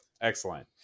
Excellent